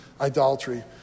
idolatry